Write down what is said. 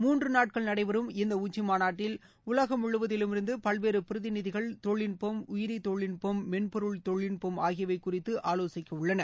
மூன்று நாட்கள் நடைபெறும் இந்த உச்சிமாநாட்டில் உலகம் முழுவதிலும் இருந்து பல்வேறு பிரதிநிதிகள் தொழில்நுட்பம் உயிரி தொழில்நுட்பம் மென்பொருள் தொழில்நுட்பம் ஆகியவை குறித்து ஆலோசிக்க உள்ளனர்